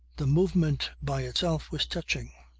the movement by itself was touching.